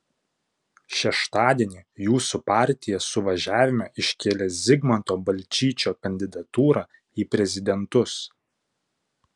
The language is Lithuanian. šeštadienį jūsų partija suvažiavime iškėlė zigmanto balčyčio kandidatūrą į prezidentus